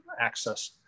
access